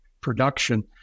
production